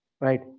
right